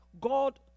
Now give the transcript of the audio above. God